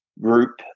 group